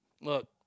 Look